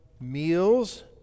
meals